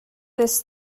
this